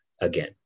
again